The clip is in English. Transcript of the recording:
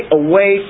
away